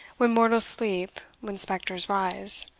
when mortals sleep, when spectres rise,